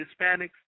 Hispanics